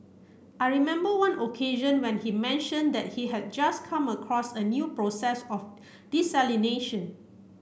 I remember one occasion when he mentioned that he had just come across a new process of desalination